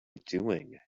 doing